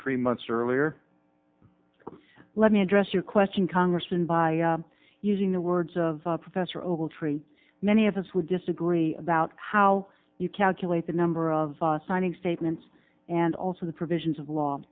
three months earlier let me address your question congressman by using the words of professor ogletree many of us would disagree about how you calculate the number of signing statements and also the provisions of law